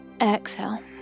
exhale